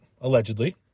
allegedly